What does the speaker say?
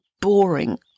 boring